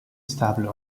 stable